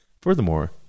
Furthermore